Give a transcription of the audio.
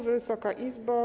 Wysoka Izbo!